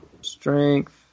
Strength